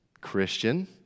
Christian